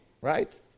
Right